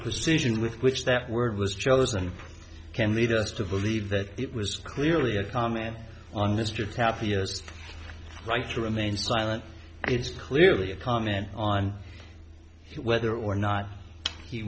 decision with which that word was chosen can lead us to believe that it was clearly a comment on mr tapio it's right to remain silent it's clearly a comment on whether or not he